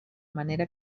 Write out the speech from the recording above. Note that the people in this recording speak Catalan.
manera